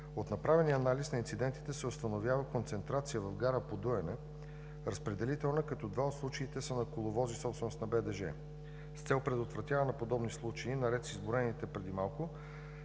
От направения анализ на инцидентите се установява концентрация в гара „Подуяне-разпределителна“, като два от случаите са на коловози, собственост на БДЖ. С цел предотвратяване на подобни случаи, наред с изброените преди малко,